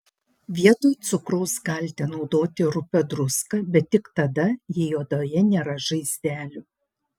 vietoj cukraus galite naudoti rupią druską bet tik tada jei odoje nėra žaizdelių